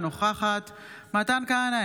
אינה נוכחת מתן כהנא,